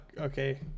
Okay